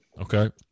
Okay